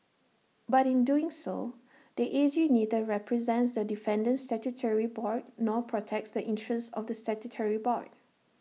but in doing so the A G neither represents the defendant statutory board nor protects the interests of the statutory board